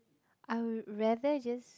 I'll rather just